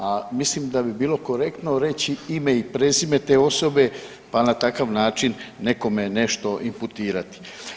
A mislim da bi bilo korektno reći ime i prezime te osobe pa na takav način nekome nešto imputirati.